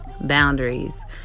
boundaries